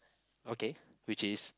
okay which is